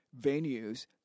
venues